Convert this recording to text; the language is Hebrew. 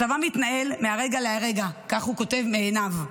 הצבא מתנהל מהרגע להרגע, כך הוא כותב מעיניו,